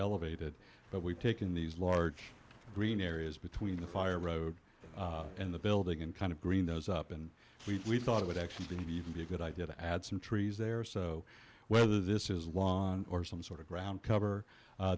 elevated but we've taken these large green areas between the fire road and the building and kind of green those up and we thought it would actually be even be a good idea to add some trees there so whether this is lawn or some sort of ground cover